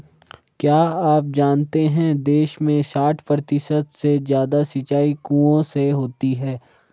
क्या आप जानते है देश में साठ प्रतिशत से ज़्यादा सिंचाई कुओं से होती है?